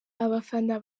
abafana